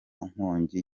nkongi